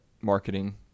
marketing